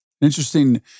Interesting